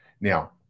Now